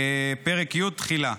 (2) פרק י' תחילה.